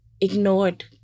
ignored